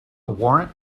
warrant